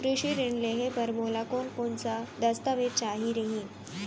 कृषि ऋण लेहे बर मोला कोन कोन स दस्तावेज चाही रही?